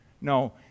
No